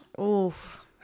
Oof